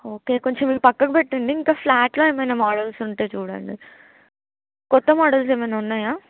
okay కొంచెం మీరు పక్కన పెట్టండి ఇంకా ఫ్లాట్లో ఏమైనా మోడల్స్ ఉంటే చూడండి కొత్త మోడల్స్ ఏమైనా ఉన్నాయా